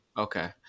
Okay